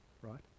right